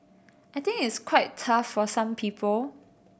I think it's quite tough for some people